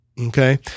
Okay